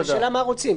השאלה היא מה רוצים.